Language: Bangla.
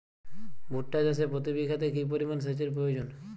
ভুট্টা চাষে প্রতি বিঘাতে কি পরিমান সেচের প্রয়োজন?